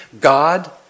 God